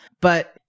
but-